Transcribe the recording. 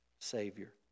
Savior